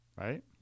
Right